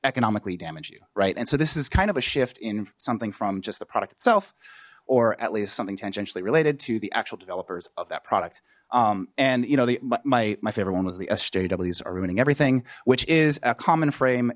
economically damage you right and so this is kind of a shift in something from just the product itself or at least something tangentially related to the actual developers of that product and you know the my my favorite one was the sjw's are ruining everything which is a common frame